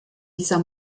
dieser